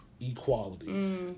equality